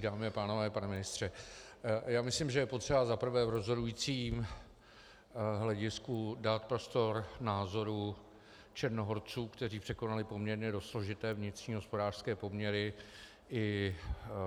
Dámy a pánové, pane ministře, já myslím, že je potřeba za prvé v rozhodujícím hledisku dát prostor názoru Černohorců, kteří překonali poměrně dost složité vnitřní hospodářské poměry i